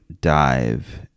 dive